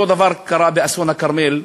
אותו דבר קרה באסון הכרמל.